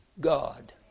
God